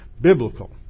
biblical